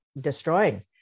destroying